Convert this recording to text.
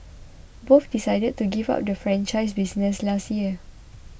both decided to give up the franchise business last year